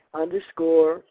underscore